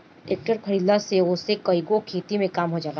tractor खरीदला से ओसे कईगो खेती के काम हो जाला